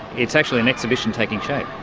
it's actually an exhibition taking shape.